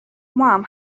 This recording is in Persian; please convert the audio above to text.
ماهم